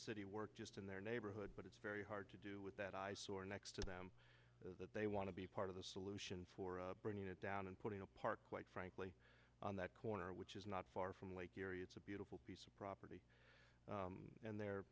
city work just in their neighborhood but it's very hard to do with that ice or next to them that they want to be part of the solution for bringing it down and putting a park quite frankly on that corner which is not far from lake erie it's a beautiful piece of property and they're